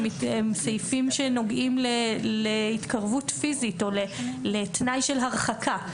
הם סעיפים שנוגעים להתקרבות פיזית או לתנאי של הרחקה.